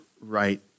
right